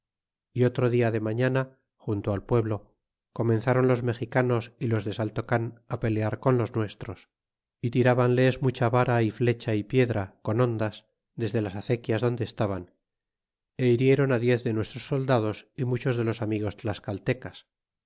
y otro dia de mañana junto al pueblo comenzaron los mexicanos y los de saltocan pelear con los nuestros y tirbanles mucha vara y flecha y piedra con hondas desde las acequias donde estaban é hirieron diez de nuestros soldados y muchos de los amigos tlascanee